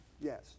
yes